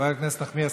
חברת הכנסת נחמיאס